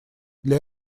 для